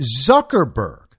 Zuckerberg